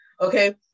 okay